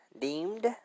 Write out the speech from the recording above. deemed